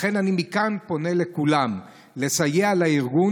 לכן אני פונה מכאן לכולם לסייע לארגון